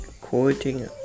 quoting